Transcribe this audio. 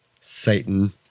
Satan